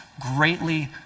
greatly